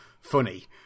funny